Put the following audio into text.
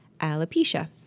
alopecia